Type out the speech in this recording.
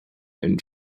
and